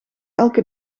elke